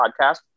podcast